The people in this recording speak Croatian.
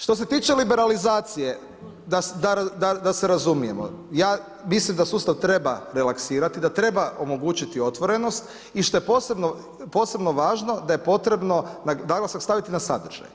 Što se tiče liberalizacije da se razumijemo, ja mislim da sustav treba relaksirati, da treba omogućiti otvorenost i što je posebno važno da je potrebno naglasak staviti na sadržaj.